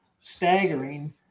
staggering